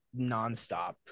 nonstop